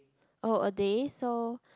oh a day so